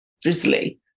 drizzly